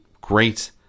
great